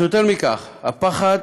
אינם בעלי חזות דתית, אך יותר מכך, הפחד